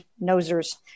nosers